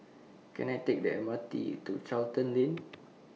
Can I Take The M R T to Charlton Lane